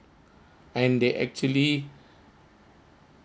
and they actually